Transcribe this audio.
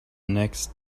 next